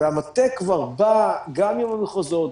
והמטה כבר בא גם עם המחוזות,